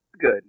good